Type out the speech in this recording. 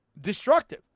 destructive